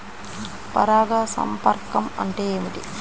పరాగ సంపర్కం అంటే ఏమిటి?